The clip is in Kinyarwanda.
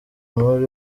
muri